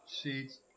Seats